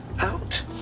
out